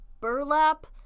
burlap